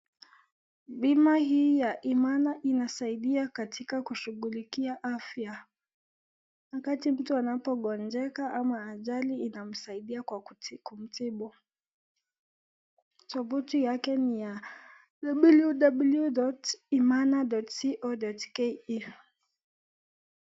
Bima hii ya Imana inasaidia katika kushughulikia afya. Wakati mtu anapogonjeka ama ajali inamsaidia kwa kumtibu. Tovuti yake ni ya www.imana.co.ke.